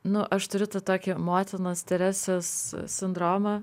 nu aš turiu tą tokį motinos teresės sindromą